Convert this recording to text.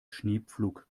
schneepflug